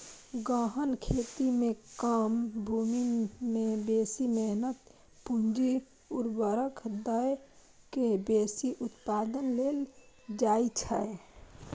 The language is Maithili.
गहन खेती मे कम भूमि मे बेसी मेहनत, पूंजी, उर्वरक दए के बेसी उत्पादन लेल जाइ छै